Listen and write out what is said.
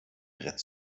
brett